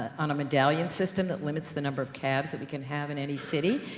on a medallion system, that limits the number of cabs, that we can have in any city?